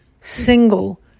single